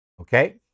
Okay